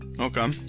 Okay